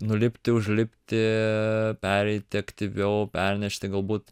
nulipti užlipti pereiti aktyviau pernešti galbūt